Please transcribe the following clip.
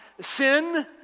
sin